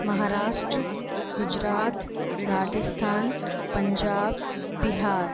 Maharashtra Gujarat Rajasthan Punjab Bihar